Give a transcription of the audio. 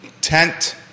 Tent